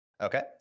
Okay